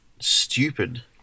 stupid